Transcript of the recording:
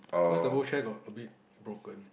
because the old chair got a bit broken